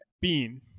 bean